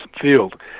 field